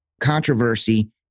controversy